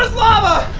lava!